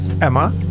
Emma